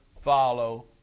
follow